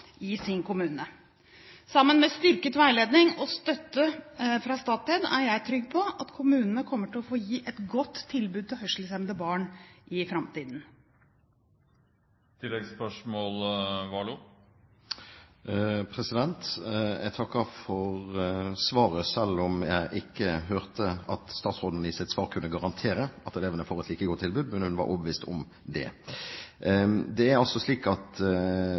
i sin kommune. Jeg er trygg på at kommunene sammen med styrket veiledning og støtte fra Statped kommer til å gi et godt tilbud til hørselshemmede barn i framtiden. Jeg takker for svaret, selv om jeg ikke hørte at statsråden i sitt svar kunne garantere at elevene får et like godt tilbud – men hun var overbevist om det. Det er altså slik at